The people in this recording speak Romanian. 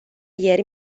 ieri